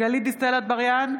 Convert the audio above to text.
גלית דיסטל אטבריאן,